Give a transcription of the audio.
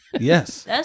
Yes